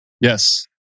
Yes